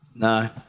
No